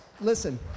listen